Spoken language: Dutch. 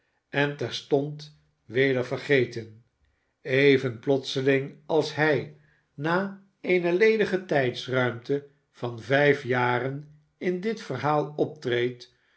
en terstond weder vergeten even plotseling als hij na eene ledige tijdruimte van vijf jaren in dit verhaal optreedt